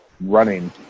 running